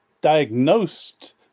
diagnosed